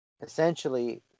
essentially